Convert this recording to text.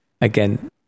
again